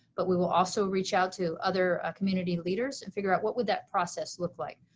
but we will also reach out to other community leaders and figure out what would that process look like.